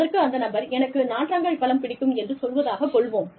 அதற்கு அந்த நபர் எனக்கு நாற்றங்காய் பழம் பிடிக்கும் என்று சொல்வதாகக் கொள்வோம்